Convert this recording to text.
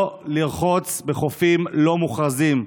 לא לרחוץ בחופים לא מוכרזים.